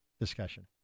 discussion